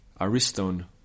Ariston